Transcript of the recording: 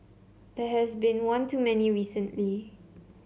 there has been one too many recently